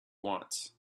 wants